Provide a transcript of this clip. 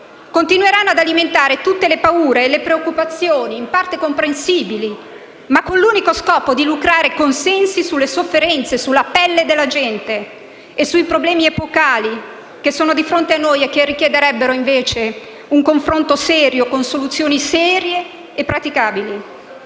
continueranno ad alimentare tutte le paure e le preoccupazioni, in parte comprensibili, ma con l'unico scopo di lucrare consensi sulle sofferenze e sulla pelle della gente, e sui problemi epocali che sono di fronte a noi e che richiederebbero invece un confronto serio, con soluzioni serie e praticabili.